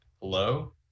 Hello